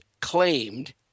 claimed